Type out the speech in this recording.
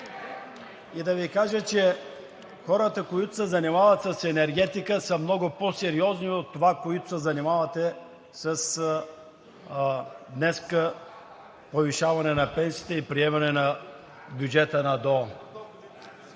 и да Ви кажа, че хората, които се занимават с енергетика, са много по-сериозни от Вас, които се занимавате днес с повишаване на пенсиите и приемане на бюджета на ДОО.